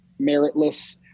meritless